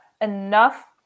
enough